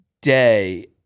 Day